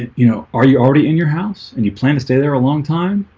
you know, are you already in your house and you plan to stay there a long time